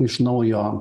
iš naujo